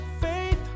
faith